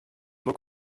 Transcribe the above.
look